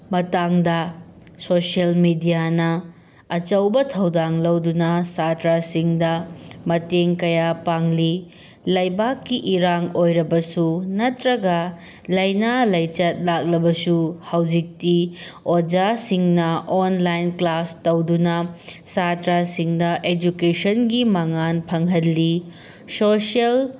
ꯃꯇꯥꯡꯗ ꯁꯣꯁꯦꯜ ꯃꯦꯗꯤꯌꯥꯅ ꯑꯆꯧꯕ ꯊꯧꯗꯥꯡ ꯂꯧꯗꯨꯅ ꯁꯥꯇ꯭ꯔꯁꯤꯡꯗ ꯃꯇꯦꯡ ꯀꯌꯥ ꯄꯥꯡꯂꯤ ꯂꯩꯕꯥꯛꯀꯤ ꯏꯔꯥꯡ ꯑꯣꯏꯔꯕꯁꯨ ꯅꯠꯇ꯭ꯔꯒ ꯂꯥꯏꯅꯥ ꯂꯥꯏꯆꯠ ꯂꯥꯛꯂꯕꯁꯨ ꯍꯧꯖꯤꯛꯇꯤ ꯑꯣꯖꯥꯁꯤꯡꯅ ꯑꯣꯟꯂꯥꯏꯟ ꯀ꯭ꯂꯥꯁ ꯇꯧꯗꯨꯅ ꯁꯥꯇ꯭ꯔꯁꯤꯡꯁꯤꯗ ꯏꯗꯨꯀꯦꯁꯟꯒꯤ ꯃꯉꯥꯜ ꯐꯪꯍꯜꯂꯤ ꯁꯣꯁꯦꯜ